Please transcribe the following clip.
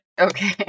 Okay